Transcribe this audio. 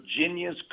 Virginia's